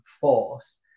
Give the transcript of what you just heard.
force